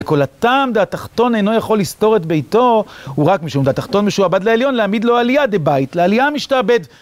כל התם והתחתון אינו יכול לסתור את ביתו הוא רק משום את התחתון משהו עבד לעליון להעמיד לו עלייה דה בייט, לעלייה משתעבד